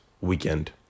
weekend